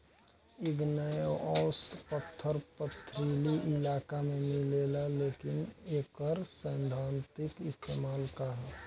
Igneous पत्थर पथरीली इलाका में मिलेला लेकिन एकर सैद्धांतिक इस्तेमाल का ह?